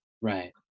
Right